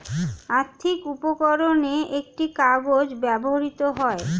আর্থিক উপকরণে একটি কাগজ ব্যবহৃত হয়